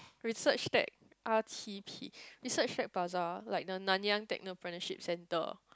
research tag R_T_P research tag plaza like the Nanyang-Technopreneurship-Center